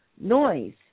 noise